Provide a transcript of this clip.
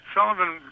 Sullivan